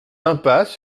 l’impasse